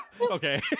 Okay